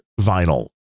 vinyl